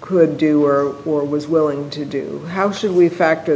could do or or was willing to do how should we factor